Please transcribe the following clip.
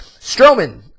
Strowman